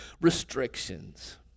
restrictions